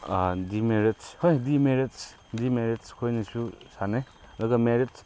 demerits ꯍꯣꯏ demerits demerits ꯈꯣꯏꯅꯁꯨ ꯁꯥꯟꯅꯩ ꯑꯗꯨꯒ ꯃꯦꯔꯤꯠꯁ